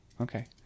Okay